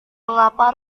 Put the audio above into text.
mengapa